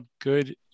good